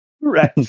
Right